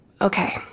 Okay